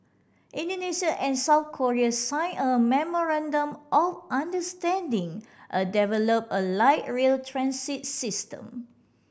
Indonesia and South Korea signed a memorandum of understanding a develop a light rail transit system